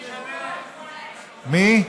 מי?